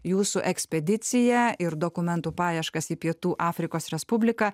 jūsų ekspediciją ir dokumentų paieškas į pietų afrikos respubliką